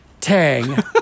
tang